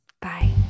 Bye